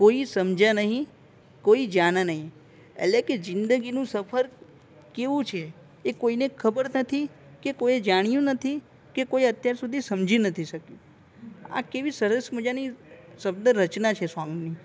કોઈ સમજ્યા નહીં કોઈ જાના નહીં એટલે કે જિંદગીનું સફર કેવું છે એ કોઈને ખબર નથી કે કોઈ જાણ્યું નથી કે કોઈ અત્યાર સુધી સમજી નથી શક્યું આ કેવી સરસ મજાની શબ્દરચના છે સોંગની